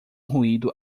ruído